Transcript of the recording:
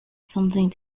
something